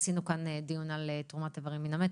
עשינו כאן דיון על תרומת איברים מן המת,